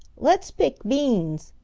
let's pick beans,